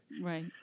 right